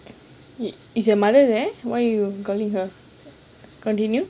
is your mother there why you calling her continue